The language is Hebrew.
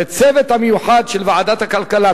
לצוות המיוחד של ועדת הכלכלה,